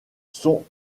son